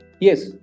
Yes